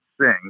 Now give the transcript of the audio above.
sing